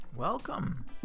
Welcome